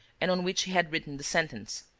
and on which he had written the sentence.